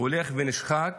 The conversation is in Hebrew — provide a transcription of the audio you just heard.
הולך ונשחק